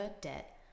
debt